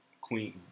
queen